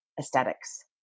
aesthetics